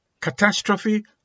Catastrophe